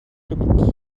stimmig